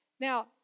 Now